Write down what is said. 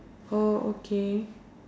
oh okay